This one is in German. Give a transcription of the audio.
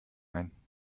ein